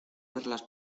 verlas